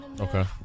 okay